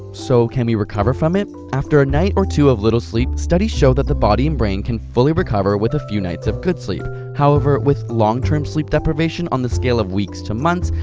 so can we recover from it? after a night or two of little sleep, studies show that the body and brain can fully recover with a few nights of good sleep. however, with long term sleep deprivation on the scale of weeks to months,